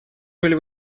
были